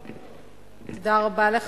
רגע אחד,